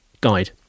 guide